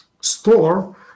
store